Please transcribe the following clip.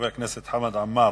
חבר הכנסת חמד עמאר,